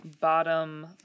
bottom